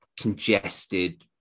congested